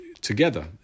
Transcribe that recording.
together